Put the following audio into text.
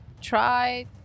try